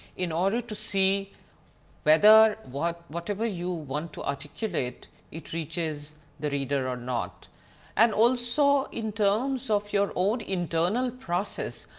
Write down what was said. in order to see whether what whatever you want to articulate, it reaches the reader or not and also in terms of your own internal process,